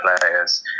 players